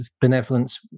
benevolence